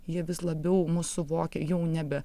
jie vis labiau mus suvokia jau nebe